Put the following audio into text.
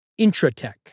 Intratech